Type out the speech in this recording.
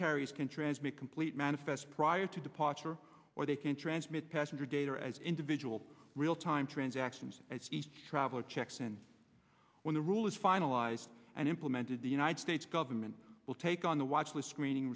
carriers can transmit complete manifest prior to departure or they can transmit passenger data are as individual real time transactions as east travelers checks and when the rule is finalized and implemented the united states government will take on the watch list screening